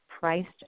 priced